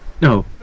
No